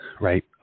right